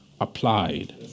applied